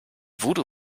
voodoo